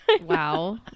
Wow